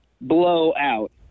blowout